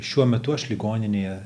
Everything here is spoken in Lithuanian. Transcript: šiuo metu aš ligoninėje